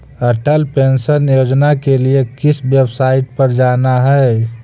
Atal pension Yojana के लिए किस वेबसाईट पर जाना हई